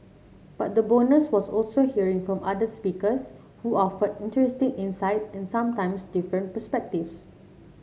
but the bonus was also hearing from other speakers who offered interesting insights and sometimes different perspectives